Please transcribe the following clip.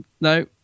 no